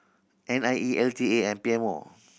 N I E L T A and P M O